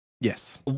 Yes